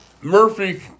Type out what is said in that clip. Murphy